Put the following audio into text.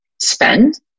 spend